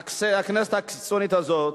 שהכנסת הקיצונית הזאת,